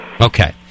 Okay